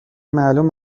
معلوم